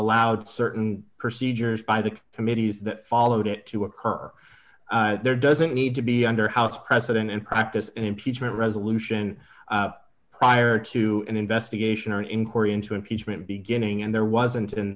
allowed certain procedures by the committees that followed it to occur there doesn't need to be under house precedent in practice an impeachment resolution prior to an investigation or an inquiry into impeachment beginning and there wasn't in